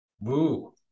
Woo